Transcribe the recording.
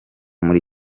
muri